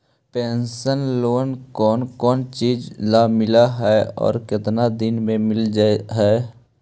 Personal loan कोन कोन चिज ल मिल है और केतना दिन में मिल जा है?